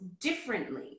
differently